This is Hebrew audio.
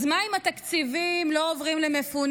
אז מה אם התקציבים לא עוברים למפונים,